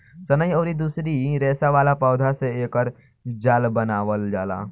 सनई अउरी दूसरी रेसा वाला पौधा से एकर जाल बनावल जाला